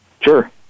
Sure